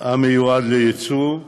המיועד ליצוא.